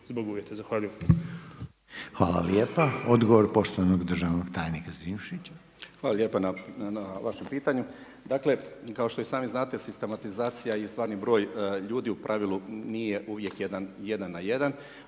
Željko (HDZ)** Hvala lijepa. Odgovor poštovanog državnog tajnika Zrinišić. **Zrinušić, Zdravko** Hvala lijepa na vašem pitanju. Dakle, kao što i sami znate sistematizacija i stvarni broj ljudi u pravilu nije uvijek jedan na jedan,